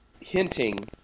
hinting